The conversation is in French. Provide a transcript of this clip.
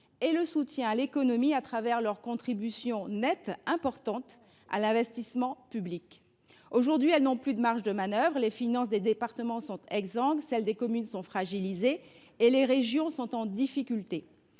et le soutien à l’économie à travers leur importante contribution à l’investissement public. Aujourd’hui, elles n’ont plus de marge de manœuvre. Les finances des départements sont exsangues, celles des communes sont fragilisées et les régions sont en difficulté.